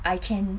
I can